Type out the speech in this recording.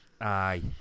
Aye